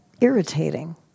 Irritating